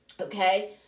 okay